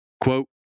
quote